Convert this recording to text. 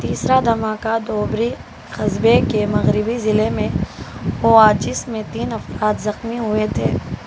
تیسرا دھماکہ دھوبری خصبے کے مغربی ضلعے میں ہوا جس میں تین افراد زخمی ہوئے تھے